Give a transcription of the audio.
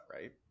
right